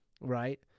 right